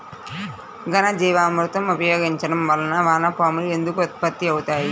ఘనజీవామృతం ఉపయోగించటం వలన వాన పాములు ఎందుకు ఉత్పత్తి అవుతాయి?